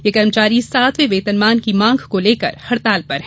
यह कर्मचारी सातवें वेतनमान की मांग को लेकर हड़ताल पर हैं